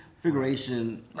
figuration